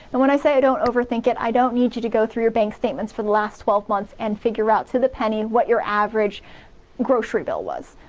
and when i say don't over-think it, i don't need you to go through your bank statements from last twelve months and figure out to the penny what your average grocery bill was.